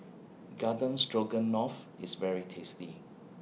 Garden Stroganoff IS very tasty